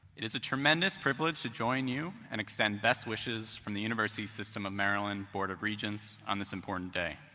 it is a tremendous privilege to join you and extend best wishes from the university system of maryland board of regents on this important day.